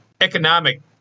economic